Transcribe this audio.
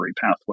pathway